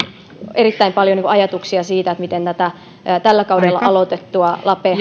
erittäin paljon ajatuksia siitä miten tätä tällä kaudella aloitettua lape